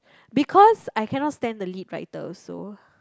because I cannot stand the lead writer also